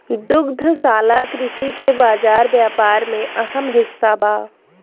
दुग्धशाला कृषि के बाजार व्यापार में अहम हिस्सा बा